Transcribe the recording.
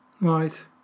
Right